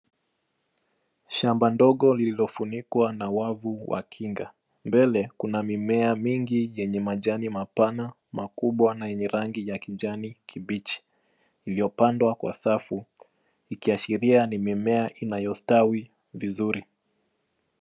Shamba ndogo lililofunikwa na wavu wa kinga. Mbele kuna mimea mingi yenye majani mapana, makubwa na yenye rangi ya kijani kibichi iliyopandwa kwa safu ikiashiria ni mimea inayostawi vizuri.